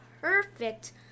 perfect